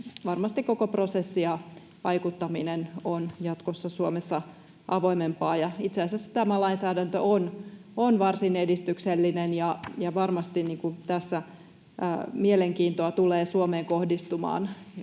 varmasti tämä koko prosessi ja vaikuttaminen ovat jatkossa Suomessa avoimempaa. Itse asiassa tämä lainsäädäntö on varsin edistyksellinen, ja varmasti tässä mielenkiintoa tulee Suomeen kohdistumaan